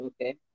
okay